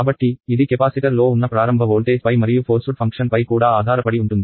కాబట్టి ఇది కెపాసిటర్ లో ఉన్న ప్రారంభ వోల్టేజ్పై మరియు ఫోర్సుడ్ ఫంక్షన్ పై కూడా ఆధారపడి ఉంటుంది